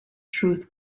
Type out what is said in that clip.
truth